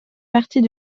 partie